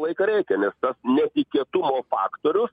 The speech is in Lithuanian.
laiką reikia nes netikėtumo faktorių